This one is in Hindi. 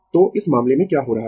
तो इस मामले में क्या हो रहा है